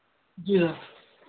जी sir